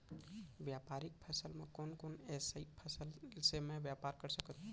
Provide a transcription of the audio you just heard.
व्यापारिक फसल म कोन कोन एसई फसल से मैं व्यापार कर सकत हो?